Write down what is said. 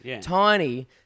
tiny